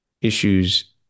issues